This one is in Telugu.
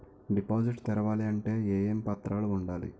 డిపాజిట్ తెరవాలి అంటే ఏమేం పత్రాలు ఉండాలి?